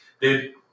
dude